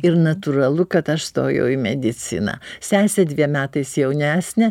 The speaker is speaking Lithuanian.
ir natūralu kad aš stojau į mediciną sesė dviem metais jaunesnė